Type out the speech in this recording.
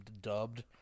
dubbed